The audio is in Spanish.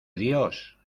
dios